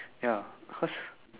ya cause